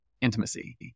intimacy